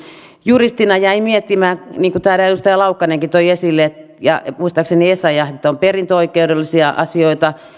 juristina jäin miettimään niin kuin täällä edustaja laukkanenkin toi esille ja muistaakseni essayah että on perintöoikeudellisia asioita